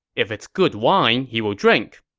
if it's good wine, he will drink.